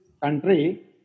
country